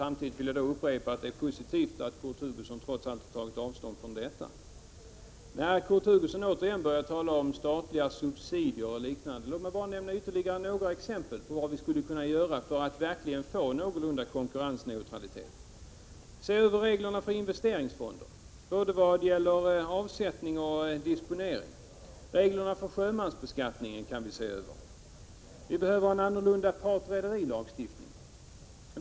Samtidigt vill jag upprepa att det är positivt att Kurt Hugosson trots allt har tagit avstånd från detta. När Kurt Hugosson återigen talar om statliga subsidier och liknande vill jag bara nämna ytterligare några exempel på vad vi skulle kunna göra för att verkligen få någorlunda konkurrensneutralitet: Se över reglerna för investeringsfonder, både vad gäller avsättning och disponering! Reglerna för sjömansbeskattning kan vi se över. Vi behöver en annorlunda partrederilagstiftning.